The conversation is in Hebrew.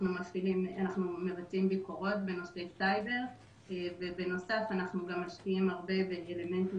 אנחנו מבצעים ביקורות בנושא סייבר ובנוסף אנחנו גם משקיעים באלמנטים